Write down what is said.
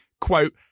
Quote